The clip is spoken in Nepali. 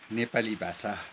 नेपाली भाषा